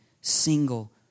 single